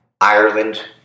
Ireland